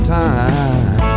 time